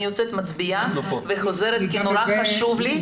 אני אצא להצבעה ואחזור כי נורא חשוב לי.